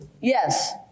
Yes